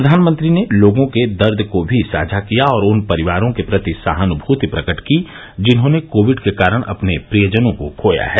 प्रधानमंत्री ने लोगों के दर्द को भी साझा किया और उन परिवारों के प्रति सहानुभूति प्रकट की जिन्होंने कोविड के कारण अपने प्रियजनों को खोया है